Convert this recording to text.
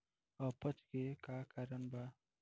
अपच के का कारण बा?